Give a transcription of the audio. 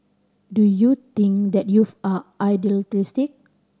do you think that youth are idealistic